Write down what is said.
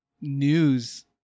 news